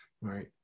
right